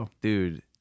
Dude